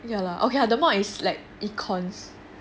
ya lah okay lah the module is like economics